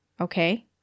okay